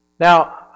Now